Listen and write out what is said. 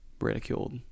ridiculed